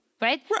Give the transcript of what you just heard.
right